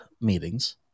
meetings